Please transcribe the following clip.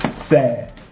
sad